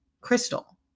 Crystal